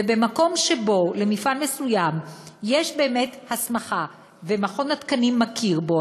ובמקום שבו למפעל מסוים יש באמת הסמכה ומכון התקנים מכיר בו,